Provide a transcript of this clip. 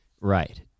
Right